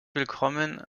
willkommen